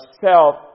self